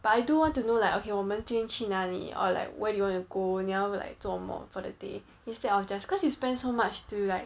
but I do want to know like okay 我们今天去哪里 or like where do you want to go 你要 like 做什么 for the day instead of just cause you spend so much to like